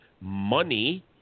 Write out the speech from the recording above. money